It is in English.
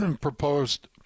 proposed